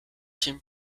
team